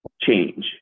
change